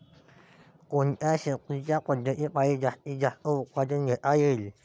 कोनच्या शेतीच्या पद्धतीपायी जास्तीत जास्त उत्पादन घेता येईल?